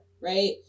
right